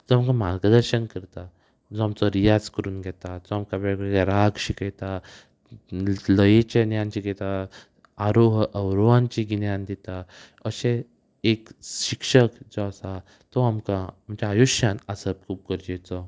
जो आमकां मार्गदर्शन करता जो आमचो रियाज करून घेता जो आमकां वेगवेगळे राग शिकयता लयेचें ज्ञान शिकयता आरोह अवरोहांची गिन्यान दिता अशें एक शिक्षक जो आसा तो आमकां आमच्या आयुश्यान आसप खूब गरजेचो